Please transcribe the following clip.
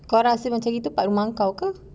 kau orang pak rumah kau ke